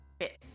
fits